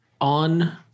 On